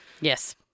yes